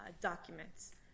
documents